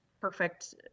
perfect